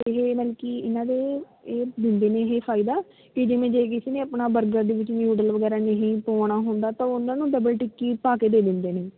ਅਤੇ ਇਹ ਮਤਲਬ ਕਿ ਇਹਨਾਂ ਦੇ ਇਹ ਦਿੰਦੇ ਨੇ ਇਹ ਫਾਇਦਾ ਕਿ ਜਿਵੇਂ ਜੇ ਕਿਸੇ ਨੇ ਆਪਣਾ ਬਰਗਰ ਦੇ ਵਿੱਚ ਨਿਊਡਲ ਵਗੈਰਾ ਨਹੀਂ ਪਵਾਉਣਾ ਹੁੰਦਾ ਤਾਂ ਉਹ ਉਹਨਾਂ ਨੂੰ ਡਬਲ ਟਿੱਕੀ ਪਾ ਕੇ ਦੇ ਦਿੰਦੇ ਨੇ